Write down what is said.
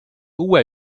uue